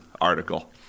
article